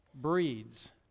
breeds